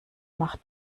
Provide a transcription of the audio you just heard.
macht